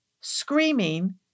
screaming